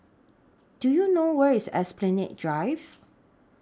Do YOU know Where IS Esplanade Drive